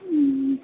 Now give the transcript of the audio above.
হুম